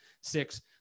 Six